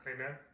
Amen